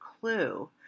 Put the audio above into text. clue